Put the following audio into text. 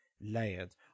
layered